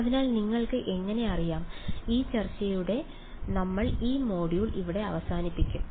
അതിനാൽ നിങ്ങൾക്ക് എങ്ങനെ അറിയാം ഈ ചർച്ചയോടെ നമ്മൾ ഈ മൊഡ്യൂൾ ഇവിടെ അവസാനിപ്പിക്കും